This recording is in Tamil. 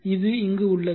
இது இங்கு உள்ளது